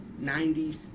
90s